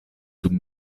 dum